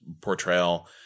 portrayal